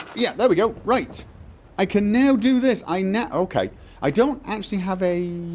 yeah, there we go, right i can now do this i now okay i don't actually have a